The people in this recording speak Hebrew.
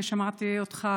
אני שמעתי אותך,